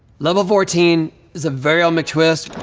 level fourteen is a varial mctwist.